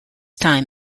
time